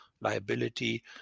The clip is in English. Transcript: Liability